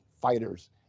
fighters